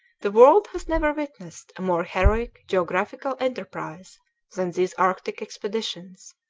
the world has never witnessed a more heroic geographical enterprise than these arctic expeditions.